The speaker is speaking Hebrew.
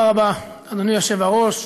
תודה רבה, אדוני היושב-ראש.